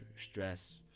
stress